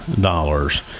dollars